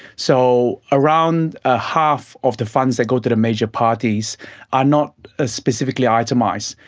so around ah half of the funds they go to the major parties are not ah specifically itemised,